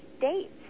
dates